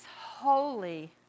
holy